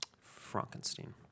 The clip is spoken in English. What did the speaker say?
Frankenstein